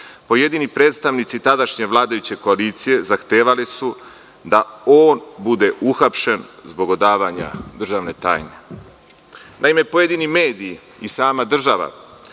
pojedini predstavnici tadašnje vladajuće koalicije zahtevali su da on bude uhapšen zbog odavanja državne tajne. Naime, pojedini mediji i sama država